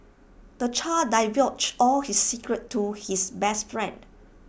the child divulged all his secrets to his best friend